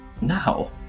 Now